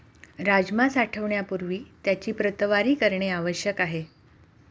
राजमा साठवण्यापूर्वी त्याची प्रतवारी करणे आवश्यक आहे